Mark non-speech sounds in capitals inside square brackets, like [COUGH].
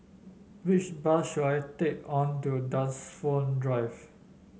which bus should I take [UNINTELLIGIBLE] to Dunsfold Drive